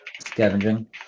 scavenging